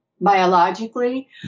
biologically